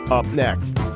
up next